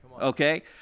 Okay